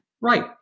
Right